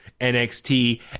NXT